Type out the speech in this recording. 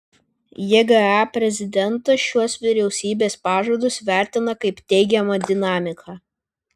jga prezidentas šiuos vyriausybės pažadus vertina kaip teigiamą dinamiką